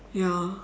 ya